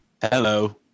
Hello